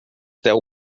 deu